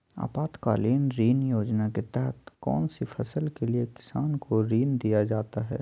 आपातकालीन ऋण योजना के तहत कौन सी फसल के लिए किसान को ऋण दीया जाता है?